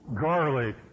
garlic